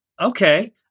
okay